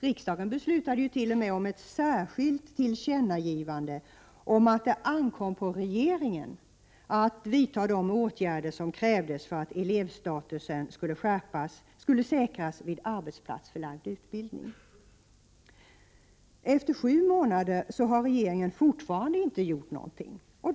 Riksdagen beslutade t.o.m. om ett särskilt tillkännagivande om att det ankom på regeringen att vidta de åtgärder som krävdes för att elevstatusen skulle säkras vid arbetsplatsförlagd utbildning. Efter sju månader har regeringen fortfarande inte gjort någonting alls.